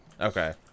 Okay